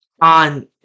on